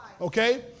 okay